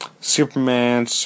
Superman